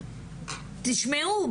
תשמעו,